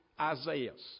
Isaiah's